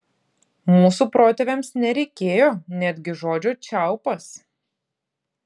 mūsų protėviams nereikėjo netgi žodžio čiaupas